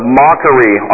mockery